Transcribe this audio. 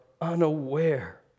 unaware